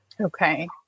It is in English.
Okay